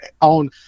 on